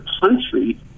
country